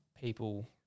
people